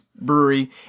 brewery